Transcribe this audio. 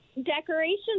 decorations